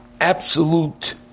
absolute